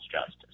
Justice